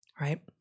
right